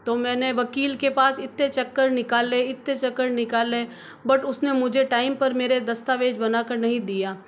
तो मैंने वकील के पास इतने चक्कर निकाले इतने चक्कर निकाले बट उसने मुझे टाइम पर मेरे दस्तावेज़ बनाकर नहीं दिया